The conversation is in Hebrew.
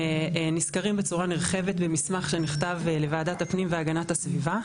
נזכרים בצורה נרחבת במסמך שנכתב לוועדת הפנים והגנת הסביבה.